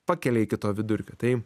pakelia iki to vidurkio tai